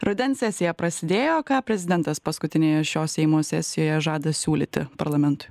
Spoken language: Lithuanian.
rudens sesija prasidėjo ką prezidentas paskutinėje šio seimo sesijoje žada siūlyti parlamentui